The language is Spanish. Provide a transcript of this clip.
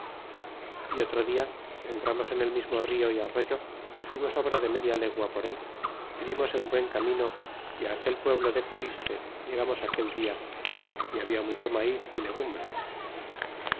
y otro dia entramos en el mismo rio y arroyo y fuimos obra de media legua por él y dimos en buen camino y aquel pueblo de coliste llegamos aquel dia y habla mucho maíz y legumbres